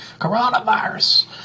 Coronavirus